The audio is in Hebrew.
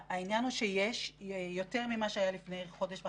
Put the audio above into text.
העניין הוא שיש יותר ממה שהיה לפני חודש וחצי,